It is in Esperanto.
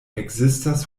ekzistas